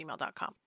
gmail.com